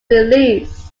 released